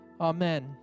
Amen